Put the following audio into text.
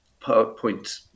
point